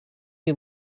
you